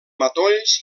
matolls